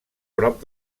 prop